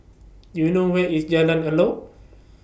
Do YOU know Where IS Jalan Elok